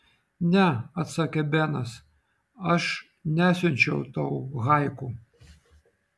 ne atsakė benas aš nesiunčiau tau haiku